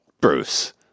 Bruce